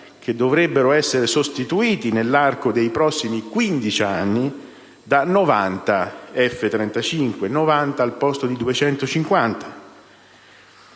che dovrebbero essere sostituiti nell'arco dei prossimi 15 anni da 90 F-35 (90 al posto di 250),